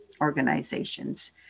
organizations